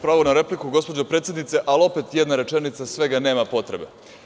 Pravo na repliku, gospođo predsednice, ali opet svega jedna rečenica, nema potrebe.